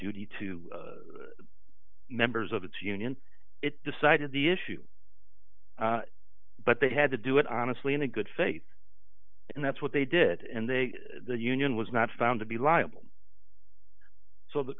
duty to members of the two union it decided the issue but they had to do it honestly in a good faith and that's what they did and they the union was not found to be liable so